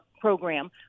program